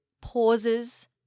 pauses